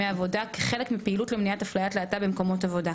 עבודה כחלק מפעילות למניעת אפליית להט"ב במקומות עבודה.